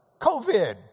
COVID